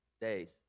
days